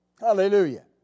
Hallelujah